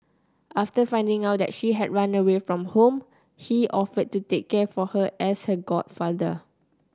after finding out that she had run away from home he offered to take care for her as her godfather